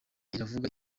iravuga